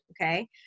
Okay